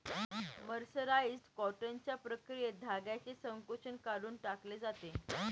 mercerised कॉटनच्या प्रक्रियेत धाग्याचे संकोचन काढून टाकले जाते